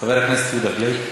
חבר הכנסת יהודה גליק.